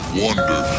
wonder